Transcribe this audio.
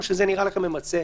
או שזה נראה לכם ממצה?